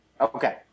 Okay